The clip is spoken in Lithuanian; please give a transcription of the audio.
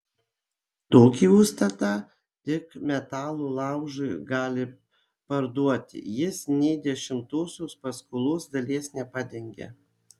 tokį užstatą tik metalo laužui gali parduoti jis nė dešimtosios paskolos dalies nepadengia